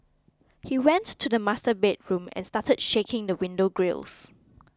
he went to the master bedroom and started shaking the window grilles